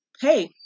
hey